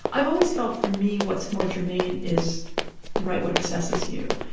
i've always felt for me what's more germane is write what obsesses you.